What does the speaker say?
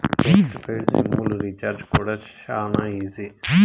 post paid sim లు recharge కూడా శానా ఈజీ